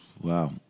Wow